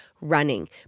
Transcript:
running